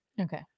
Okay